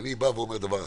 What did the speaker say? אני אומר דבר אחד: